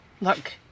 Look